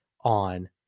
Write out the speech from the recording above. on